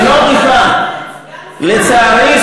לצערי,